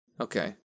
Okay